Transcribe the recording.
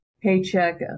paycheck